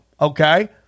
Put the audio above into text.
okay